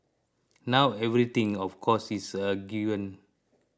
not everything of course is a given